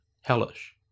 hellish